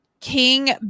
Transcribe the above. King